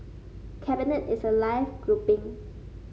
cabinet is a live grouping